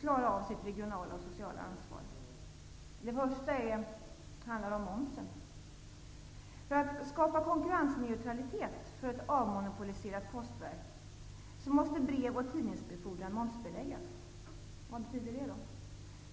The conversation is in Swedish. klara sitt regionala och sociala ansvar. Det första handlar om momsen. För att skapa konkurrensneutralitet för ett avmonopoliserat postverk måste brev och tidningsbefordran momsbeläggas. Vad betyder detta?